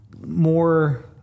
more